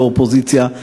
לא אופוזיציה,